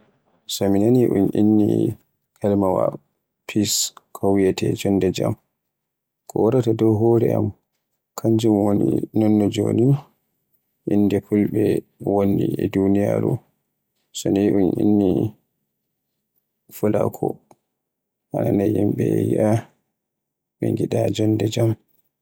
So mi naani un inni kalimaawa "peace" ko wiyeete jonde jaam, ko waraata dow hore am kanjum woni non no joni innde Fulɓe wonni e duniyaaru. So ni un inni fulako a nanay yimɓe e yi'a ɓe ngada jonde jaam.